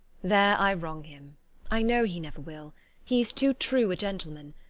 there i wrong him i know he never will he is too true a gentleman.